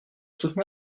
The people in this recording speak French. soutenir